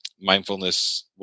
Mindfulness